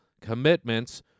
commitments